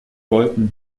wollten